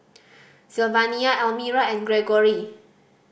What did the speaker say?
Sylvania Elmyra and Greggory